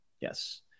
Yes